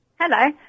Hello